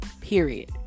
period